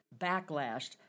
Backlash